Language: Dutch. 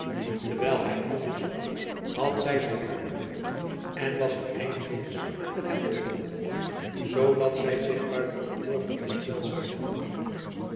terwijl hy aldus sprak had zy zijn arm genomen en was een eind weegs met hem opgewandeld zoo dat zy zich buiten gehoor van het gezelschap bevonden